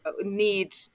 need